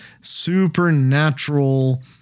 supernatural